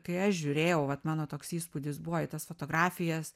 kai aš žiūrėjau vat mano toks įspūdis buvo į tas fotografijas